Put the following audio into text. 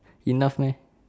enough meh